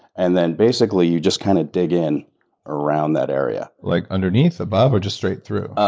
and then basically, you just kind of dig in around that area. like underneath, above, or just straight through?